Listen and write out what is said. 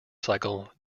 cycle